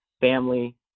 family